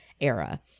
era